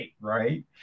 right